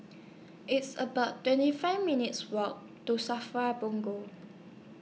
It's about twenty five minutes' Walk to SAFRA Punggol